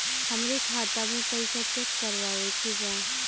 हमरे खाता मे पैसा चेक करवावे के बा?